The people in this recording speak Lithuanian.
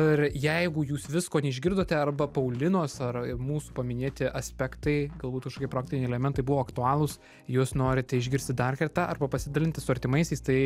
ir jeigu jūs visko neišgirdote arba paulinos ar mūsų paminėti aspektai galbūt kažkokie praktiniai elementai buvo aktualūs jūs norite išgirsti dar kartą arba pasidalinti su artimaisiais tai